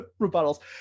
rebuttals